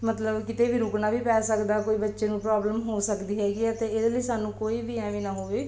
ਮਤਲਬ ਕਿਤੇ ਵੀ ਰੁਕਣਾ ਵੀ ਪੈ ਸਕਦਾ ਕੋਈ ਬੱਚੇ ਨੂੰ ਪ੍ਰੋਬਲਮ ਹੋ ਸਕਦੀ ਹੈਗੀ ਹੈ ਅਤੇ ਇਹਦੇ ਲਈ ਸਾਨੂੰ ਕੋਈ ਵੀ ਐਵੇਂ ਨਾ ਹੋਵੇ